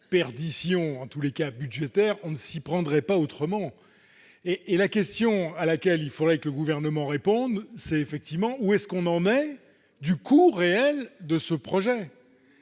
perdition, en tout cas budgétaire, on ne s'y prendrait pas autrement ! La question à laquelle il faudrait que le Gouvernement réponde, c'est : où en est-on du coût réel de ce projet ?